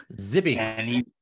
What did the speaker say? Zippy